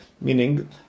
Meaning